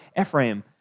Ephraim